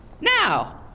Now